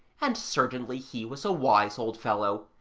and certainly he was a wise old fellow,